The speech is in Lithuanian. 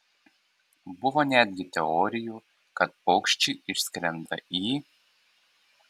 buvo netgi teorijų kad paukščiai išskrenda į